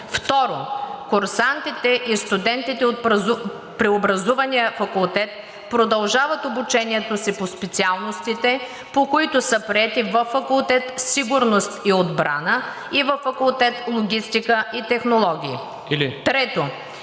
2. Курсантите и студентите от преобразувания факултет продължават обучението си по специалностите, по които са приети, във факултет „Сигурност и отбрана“ или във факултет „Логистика и технологии“. 3.